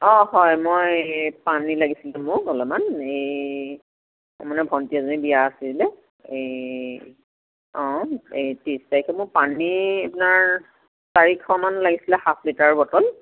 অঁ হয় মই পানী লাগিছিলে মোক অলপমান এই মানে ভণ্টি এজনী বিয়া আছিলে এই অঁ এই ত্ৰিছ তাৰিখে মোৰ পানী আপোনাৰ চাৰিশমান লাগিছিলে হাফ লিটাৰ বটল